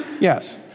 Yes